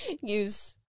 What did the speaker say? use